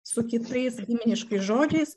su kitais giminiškais žodžiais